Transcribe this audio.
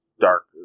darker